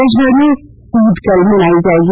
देशभर में ईद कल मनायी जायेगी